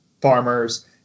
farmers